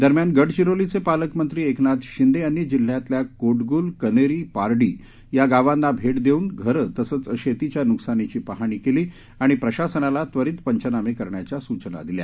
दरम्यान गडचिरोलीचे पालकमंत्री एकनाथ शिंदे यांनी जिल्ह्यातल्या कोटग्ल कनेरी पारडी या गावांना भेट देऊन घरं तसंच शेतीच्या नुकसानीची पाहणी केली आणि प्रशासनाला त्वरित पंचनामे करण्याच्या सूचना दिल्या